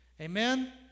Amen